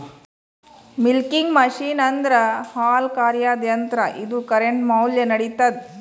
milking machine ಅಂದ್ರ ಹಾಲ್ ಕರ್ಯಾದ್ ಯಂತ್ರ ಇದು ಕರೆಂಟ್ ಮ್ಯಾಲ್ ನಡಿತದ್